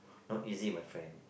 not easy my friend